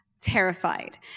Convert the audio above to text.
terrified